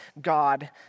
God